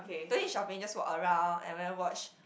don't need shopping just walk around and then watch